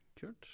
Good